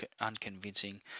unconvincing